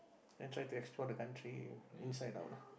then try to explore the country inside out lah